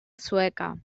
sueca